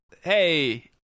hey